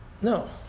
No